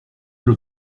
elle